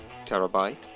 Terabyte